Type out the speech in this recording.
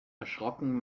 erschrocken